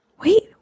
Wait